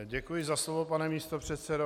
Děkuji za slovo, pane místopředsedo.